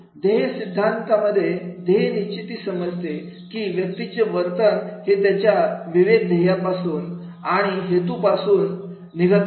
ध्येय सिद्धांतामध्येध्येयनिश्चिती समजते की व्यक्तीचे वर्तन हे त्याच्या विवेक ध्येयापासून आणि हेतू पासून निघत असते